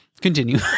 continue